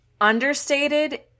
understated